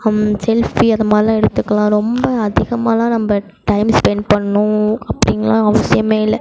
selfie அது மாதிரிலாம் எடுத்துக்கலாம் ரொம்ப அதிகமாலாம் நம்ம டைம் ஸ்பெண்ட் பண்ணணும் அப்டின்னுலாம் அவசியம் இல்லை